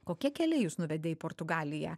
kokie keliai jus nuvedė į portugaliją